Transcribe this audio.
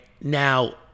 Now